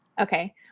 Okay